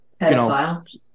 pedophile